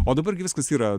o dabar gi viskas yra